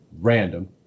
Random